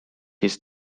his